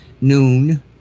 noon